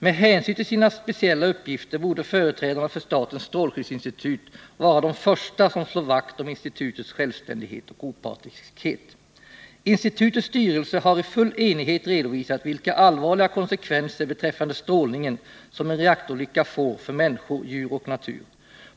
Med hänsyn till sina speciella uppgifter borde företrädarna för statens strålskyddsinstitut vara de första som slår vakt om institutets självständighet och opartiskhet. Institutets styrelse har i full enighet redovisat vilka allvarliga konsekvenser beträffande strålningen som en reaktorolycka får för människor, djur och natur.